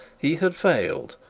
he had failed,